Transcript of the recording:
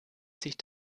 sich